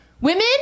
Women